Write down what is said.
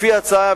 לפי ההצעה,